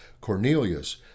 Cornelius